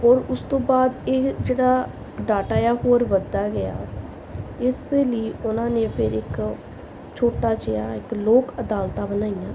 ਔਰ ਉਸ ਤੋਂ ਬਾਅਦ ਇਹ ਜਿਹੜਾ ਡਾਟਾ ਆ ਹੋਰ ਵਧਦਾ ਗਿਆ ਇਸ ਲਈ ਉਹਨਾਂ ਨੇ ਫਿਰ ਇੱਕ ਛੋਟਾ ਜਿਹਾ ਇੱਕ ਲੋਕ ਅਦਾਲਤਾਂ ਬਣਾਈਆਂ